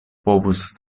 povus